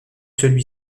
celui